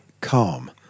calm